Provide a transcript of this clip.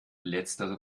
letztere